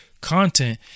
content